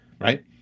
Right